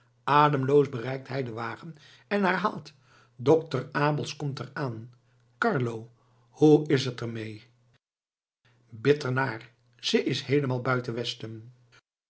ademloos bereikt hij den wagen en herhaalt dokter abels komt er aan carlo hoe is t er mee bitter naar ze is heelemaal buiten westen